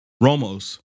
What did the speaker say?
Ramos